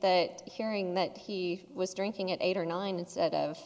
that hearing that he was drinking at eight or nine and